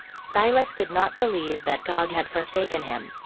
silas could not believe that god had forsaken him.